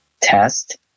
test